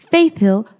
Faithhill